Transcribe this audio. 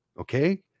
okay